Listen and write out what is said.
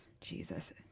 Jesus